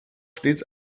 stets